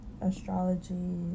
astrology